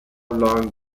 long